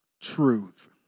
truth